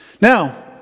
Now